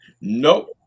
Nope